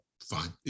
fine